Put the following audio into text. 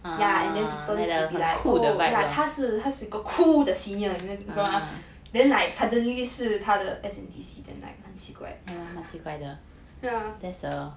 ya and people this will be like 他是他是个酷的 senior then like suddenly 是他的 S_N_D_C then like 很奇怪 ya